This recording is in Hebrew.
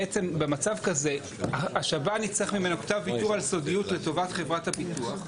בעצם במצב כזה השב"ן יצטרך ממנו כתב ויתור על סודיות לטובת חברת הביטוח.